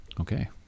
Okay